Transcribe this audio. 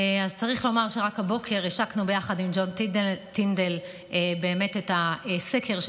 צריך לומר שרק הבוקר השקנו ביחד עם ג'ון טינדל את הסקר של